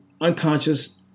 unconscious